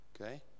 Okay